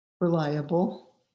reliable